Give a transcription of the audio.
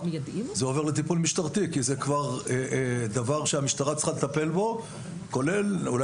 זה עובר לטיפול משטרתי כי זה כבר דבר שמשטרה צריכה לטפל בו כולל אולי